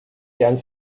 gern